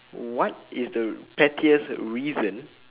what is the pettiest reason